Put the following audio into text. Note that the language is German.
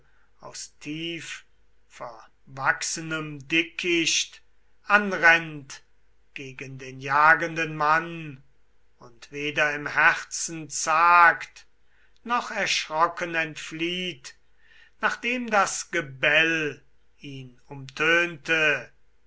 aus tiefverwachsenem dickicht anrennt gegen den jagenden mann und weder im herzen zagt noch erschrocken entflieht nachdem das gebell ihn umtönte